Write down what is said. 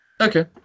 Okay